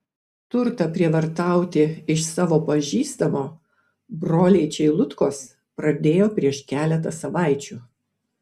turtą prievartauti iš savo pažįstamo broliai čeilutkos pradėjo prieš keletą savaičių